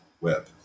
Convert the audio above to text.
web